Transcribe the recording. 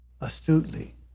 astutely